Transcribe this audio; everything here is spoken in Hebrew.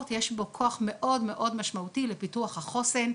יש בו כוח מאוד מאוד משמעותי לפיתוח החוסן,